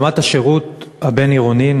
ברמת השירות הבין-עירוני,